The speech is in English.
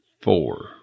four